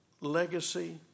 legacy